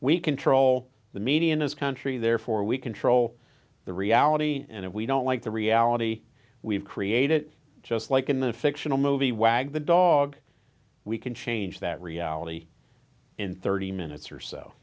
we control the media in this country therefore we control the reality and if we don't like the reality we've created just like in the fictional movie wag the dog we can change that reality in thirty minutes or so